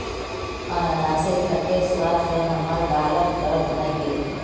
अनन्नासेर खट्टे स्वाद स हमार गालत दर्द हइ गेले